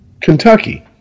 Kentucky